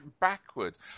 backwards